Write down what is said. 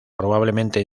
probablemente